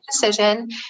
decision